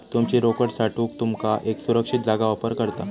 तुमची रोकड साठवूक तुमका एक सुरक्षित जागा ऑफर करता